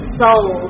soul